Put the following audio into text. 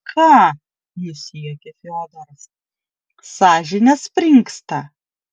ką nusijuokė fiodoras sąžinė springsta